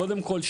קודם כל,